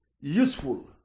Useful